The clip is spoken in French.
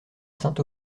saint